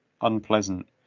unpleasant